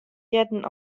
hearden